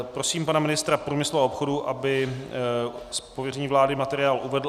Prosím pana ministra průmyslu a obchodu, aby z pověření vlády materiál uvedl.